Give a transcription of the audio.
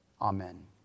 Amen